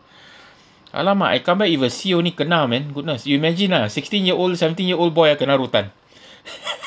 !alamak! I come back with a C only kena man goodness you imagine ah sixteen year old seventeen year old boy ah kena rotan